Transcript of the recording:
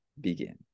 Begin